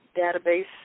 database